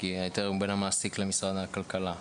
כי ההיתר הוא בין המעסיק לבין משרד הכלכלה.